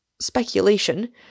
speculation